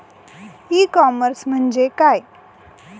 E commerce म्हणजे काय?